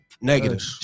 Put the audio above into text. negative